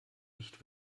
nicht